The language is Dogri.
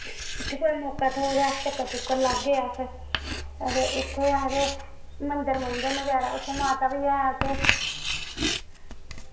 उत्थै कुतै मौका थ्होग ते चक्कर लाह्गे अस ते उत्थै आखदे मंदर बगैरा न उत्थै माता बी ऐ